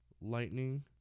Lightning